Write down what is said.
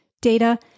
data